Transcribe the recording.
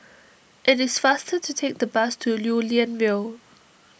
it is faster to take the bus to Lew Lian Vale